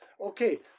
Okay